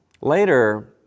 Later